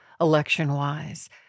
election-wise